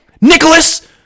Nicholas